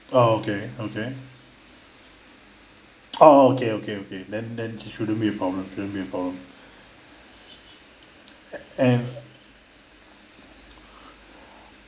orh okay okay orh okay okay okay then then it shouldn't be a problem shouldn't be a problem and